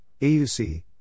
AUC